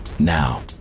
Now